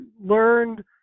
learned